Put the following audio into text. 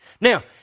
Now